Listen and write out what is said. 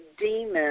demons